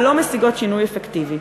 ולא משיגות שינוי אפקטיבי.